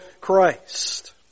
Christ